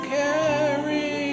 carry